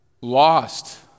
lost